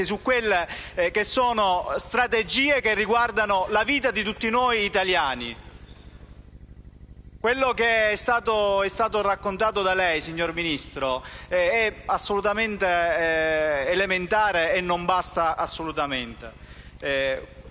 di esprimersi su strategie che riguardano la vita di tutti noi italiani. Ciò che è stato raccontato da lei, signor Ministro, è elementare e non basta assolutamente.